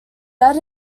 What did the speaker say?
that